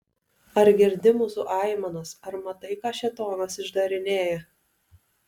ar girdi mūsų aimanas ar matai ką šėtonas išdarinėja